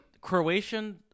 croatian